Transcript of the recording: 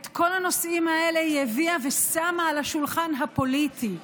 את כל הנושאים האלה היא הביאה ושמה על השולחן הפוליטי,